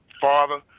father